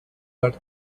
that